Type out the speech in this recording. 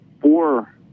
four